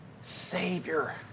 Savior